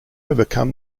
overcome